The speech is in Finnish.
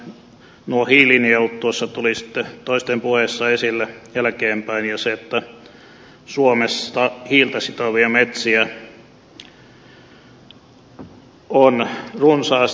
nuo hiilinielut tulivat sitten toisten puheissa esille jälkeenpäin ja se että suomessa hiiltä sitovia metsiä on runsaasti